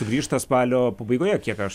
grįžta spalio pabaigoje kiek aš